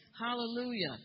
Hallelujah